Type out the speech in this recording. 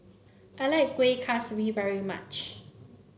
I like Kueh Kaswi very much